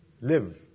live